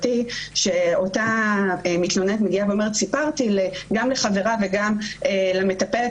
ואותה מתלוננת מגיעה ואומרת: סיפרתי גם לחברה וגם למטפלת,